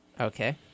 okay